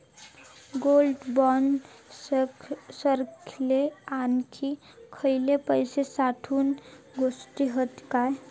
Gold bond सारखे आणखी खयले पैशे साठवूचे गोष्टी हत काय?